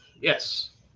Yes